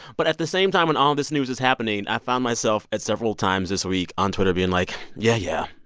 but at the same time, when all of this news is happening, i found myself at several times this week on twitter being like, yeah, yeah.